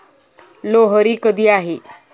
लोहरी कधी आहे?